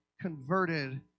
converted